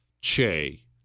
Che